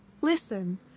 listen